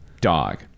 dog